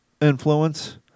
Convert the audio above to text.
influence